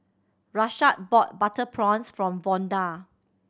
Rashad bought butter prawns from Vonda